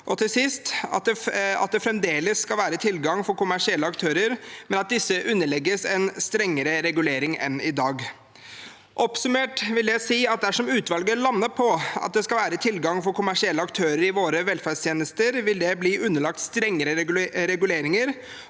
og til sist at det fremdeles skal være tilgang for kommersielle aktører, men at disse underlegges en strengere regulering enn i dag. Oppsummert vil jeg si at dersom utvalget lander på at det skal være tilgang for kommersielle aktører i våre velferdstjenester, vil det bli underlagt strengere reguleringer.